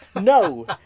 no